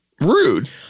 rude